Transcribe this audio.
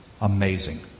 Amazing